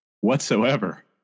whatsoever